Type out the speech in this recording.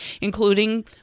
including